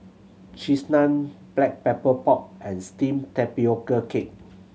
Cheese Naan Black Pepper Pork and steamed tapioca cake